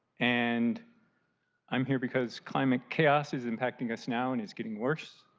and i'm here because kind of chaos is impacting us now and it's getting worse.